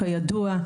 כידוע,